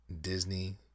Disney